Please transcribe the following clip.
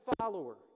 follower